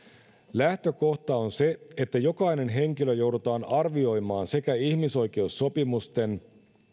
lähtökohta on se että jokainen henkilö joudutaan arvioimaan sekä ihmisoikeussopimusten